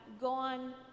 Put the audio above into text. gone